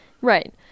right